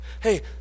Hey